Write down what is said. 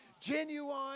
genuine